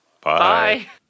Bye